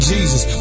Jesus